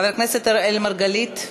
חבר הכנסת אראל מרגלית,